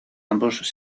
ambos